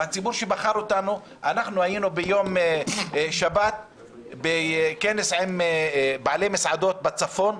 והציבור שבחר אותנו ביום שבת היינו בכנס עם בעלי מסעדות בצפון,